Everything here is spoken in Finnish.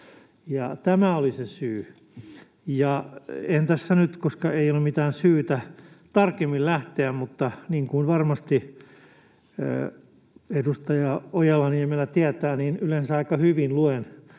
Tämä oli se syy. En tässä nyt lähde, koska ei ole mitään syytä tarkemmin lähteä, mutta niin kuin varmasti edustaja Ojala-Niemelä tietää, niin yleensä aika hyvin luen